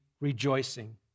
rejoicing